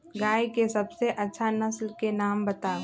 गाय के सबसे अच्छा नसल के नाम बताऊ?